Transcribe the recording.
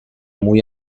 muy